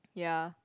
ya